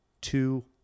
two